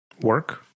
work